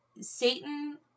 Satan